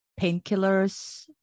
painkillers